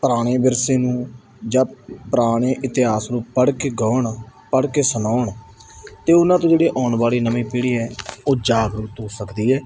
ਪੁਰਾਣੇ ਵਿਰਸੇ ਨੂੰ ਜਾਂ ਪੁਰਾਣੇ ਇਤਿਹਾਸ ਨੂੰ ਪੜ੍ਹ ਕੇ ਗਾਉਣ ਪੜ੍ਹ ਕੇ ਸੁਣਾਉਣ ਅਤੇ ਉਹਨਾਂ ਤੋਂ ਜਿਹੜੇ ਆਉਣ ਵਾਲੇ ਨਵੀਂ ਪੀੜ੍ਹੀ ਹੈ ਉਹ ਜਾਗਰੂਕ ਹੋ ਸਕਦੀ ਹੈ